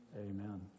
Amen